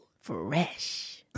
fresh